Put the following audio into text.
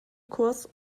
kurs